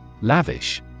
Lavish